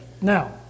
Now